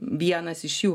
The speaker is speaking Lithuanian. vienas iš jų